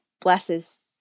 blesses